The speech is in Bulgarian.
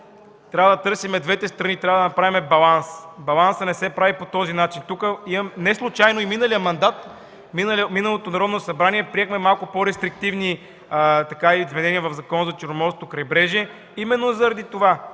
трябва да търсим двете страни, трябва да правим баланс. А балансът не се прави по този начин. Неслучайно в миналия мандат, в миналото Народно събрание, приехме малко по-рестриктивни изменения в Закона за устройство на Черноморското крайбрежие. Именно заради това